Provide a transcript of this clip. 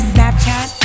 Snapchat